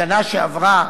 השנה שעברה,